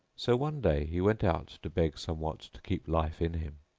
so one day he went out to beg somewhat to keep life in him.